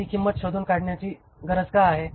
ती किंमत शोधून काढण्याची गरज का आहे